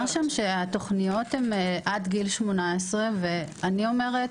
שהתוכניות הן עד גיל 18. אני אומרת,